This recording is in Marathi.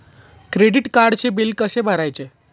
क्रेडिट कार्डचे बिल कसे भरायचे?